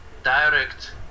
direct